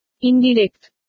Indirect